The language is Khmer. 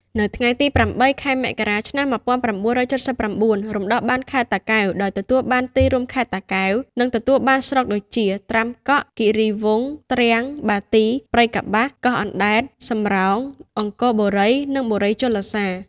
នៅថ្ងៃទី ០៨ ខែមករា ឆ្នាំ ១៩៧៩ រំដោះបានខេត្តតាកែវ ដោយទទួលបានទីរួមខេត្ត តាកែវ និងទទួលបានស្រុកដូចជា ត្រាំកក់ គីរីវង្ស ទ្រាំង បាទី ព្រៃកប្បាស កោះអណ្តែត សំរោង អង្គរបូរី និងបូរីជលសារ។